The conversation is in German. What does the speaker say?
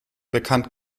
bekannt